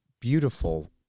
beautiful